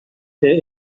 there